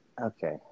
Okay